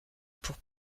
pour